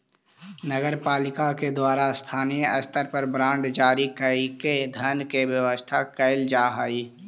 नगर पालिका के द्वारा स्थानीय स्तर पर बांड जारी कईके धन के व्यवस्था कैल जा हई